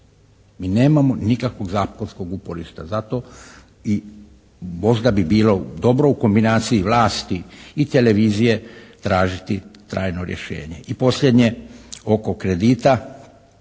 Mi nemamo nikakvog zakonskog uporišta za to i možda bi bilo dobro u kombinaciji vlasti i televizije tražiti trajno rješenje. I posljednje oko kredita